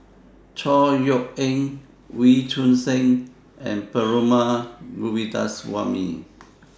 Chor Yeok Eng Wee Choon Seng and Perumal Govindaswamy